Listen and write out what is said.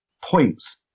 points